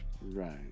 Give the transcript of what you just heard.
Right